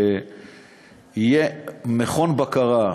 שיהיה מכון בקרה.